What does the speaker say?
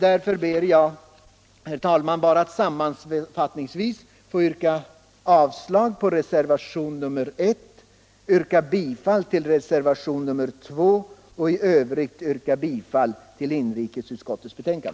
Därför ber jag, herr talman, att sammanfattningsvis få yrka avslag på reservationen 1, yrka bifall till reservationen 2 och i övrigt yrka bifall till inrikesutskottets hemställan.